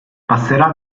passerà